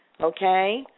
Okay